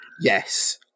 yes